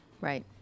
Right